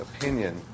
opinion